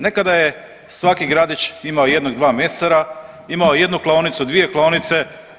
Nekada je svaki gradić imao jednog, dva mesara, imao je jednu klaonicu, dvije klaonice.